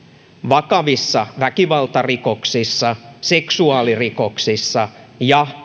vakavissa väkivaltarikoksissa seksuaalirikoksissa ja